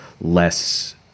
less